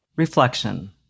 Reflection